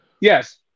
Yes